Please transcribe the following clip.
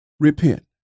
Repent